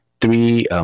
three